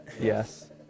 Yes